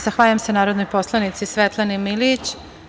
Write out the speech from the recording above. Zahvaljujem se narodnoj poslanici Svetlani Milijić.